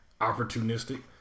opportunistic